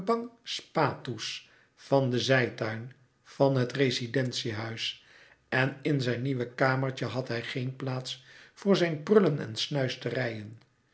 kembang spatoes van den zijtuin van het rezidentie-huis en in zijn nieuw kamertje had hij geen plaats voor zijn prullen en snuisterijen